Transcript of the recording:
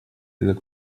этот